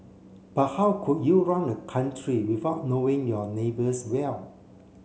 but how could you run a country without knowing your neighbours well